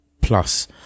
plus